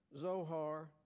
Zohar